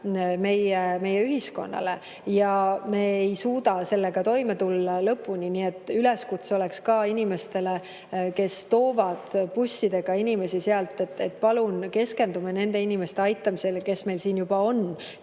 meie ühiskonnale ja me ei suuda sellega lõpuni toime tulla. Nii et üleskutse oleks ka inimestele, kes toovad bussidega inimesi sealt, et palun keskendume nende inimeste aitamisele, kes meil siin juba on,